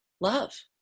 Love